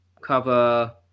cover